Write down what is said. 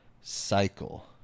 cycle